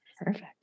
Perfect